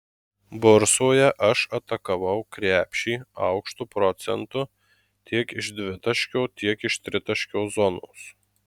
bursoje aš atakavau krepšį aukštu procentu tiek iš dvitaškio tiek iš tritaškio zonos